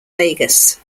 vegas